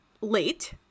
late